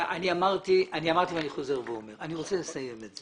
אני אמרתי ואני חוזר ואומר שאני רוצה לסיים את זה.